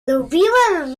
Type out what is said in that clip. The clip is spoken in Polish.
lubiłem